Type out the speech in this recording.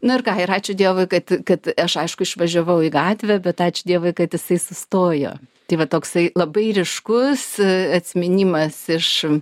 nu ir ką ir ačiū dievui kad kad aš aišku išvažiavau į gatvę bet ačiū dievui kad jisai sustojo tai va toksai labai ryškus atsiminimas iš